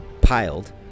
piled